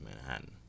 Manhattan